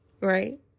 Right